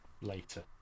Later